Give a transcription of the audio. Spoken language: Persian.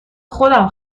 خودم